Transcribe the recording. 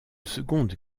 seconde